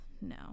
no